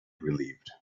relieved